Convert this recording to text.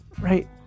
Right